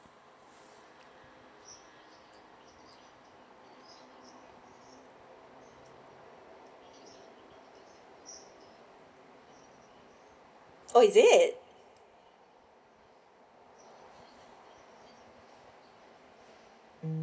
oh is it